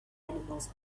animals